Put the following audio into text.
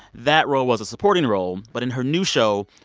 that role was a supporting role but in her new show,